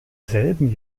selben